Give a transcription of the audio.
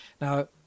Now